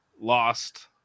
lost